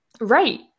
Right